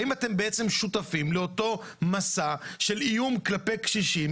האם אתם בעצם שותפים לאותו מסע של איום כלפי קשישים,